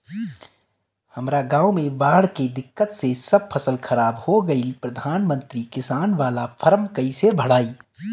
हमरा गांव मे बॉढ़ के दिक्कत से सब फसल खराब हो गईल प्रधानमंत्री किसान बाला फर्म कैसे भड़ाई?